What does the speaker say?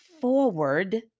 forward